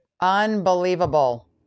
Unbelievable